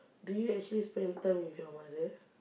do you actually spend time with your mother